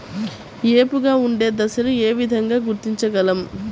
ఏపుగా ఉండే దశను ఏ విధంగా గుర్తించగలం?